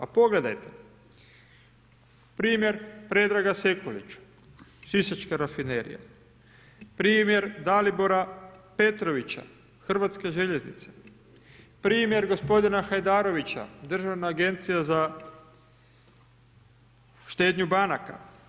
A pogledajte primjer Predraga Sekulića, Sisačka rafinerija, primjer Dalibora Petrovića, Hrvatske željeznice, primjer gospodina Hajdarovića, Državna agencija za štednju banaka.